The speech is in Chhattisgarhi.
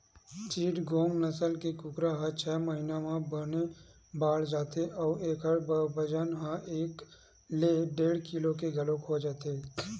चिटगोंग नसल के कुकरा ह छय महिना म बने बाड़ जाथे अउ एखर बजन ह एक ले डेढ़ किलो के घलोक हो जाथे